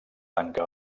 tanca